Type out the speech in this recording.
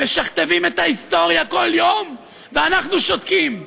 הם משכתבים את ההיסטוריה כל יום ואנחנו שותקים.